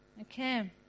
okay